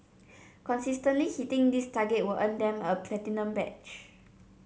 consistently hitting this target will earn them a platinum badge